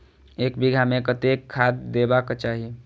एक बिघा में कतेक खाघ देबाक चाही?